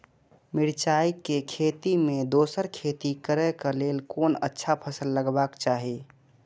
मिरचाई के खेती मे दोसर खेती करे क लेल कोन अच्छा फसल लगवाक चाहिँ?